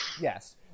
Yes